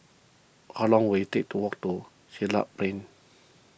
how long will it take to walk to Siglap Plain